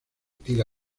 tira